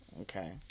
Okay